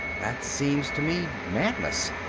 that seems to me madness!